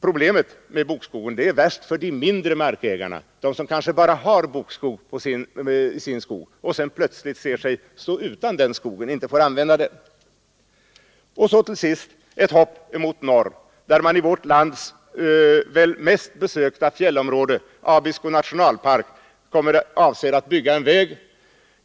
Problemet med bokskogen finns för de mindre markägarna, de som kanske bara har bok i sin skog och som plötsligt står utan den skogen, inte får använda den. Till sist ett hopp mot norr, där man i vårt lands mest besökta fjällområde, Abisko nationalpark, avser att bygga en väg.